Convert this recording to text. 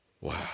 Wow